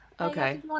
Okay